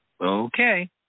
okay